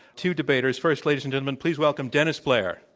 two debaters. first, ladies and gentlemen, please welcome dennis blair.